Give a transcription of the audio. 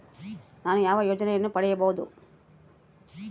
ನಾನು ಯಾವ ಯೋಜನೆಯನ್ನು ಪಡೆಯಬಹುದು?